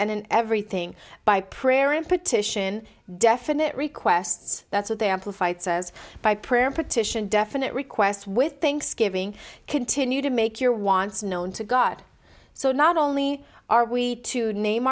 in everything by prayer and petition definite requests that's what they have to fight says by prayer petition definite request with thanksgiving continue to make your wants known to god so not only are we to name